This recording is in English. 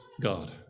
God